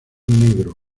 negro